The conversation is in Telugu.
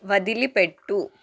వదిలిపెట్టు